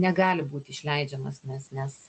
negali būt išleidžiamas nes nes